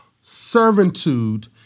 servitude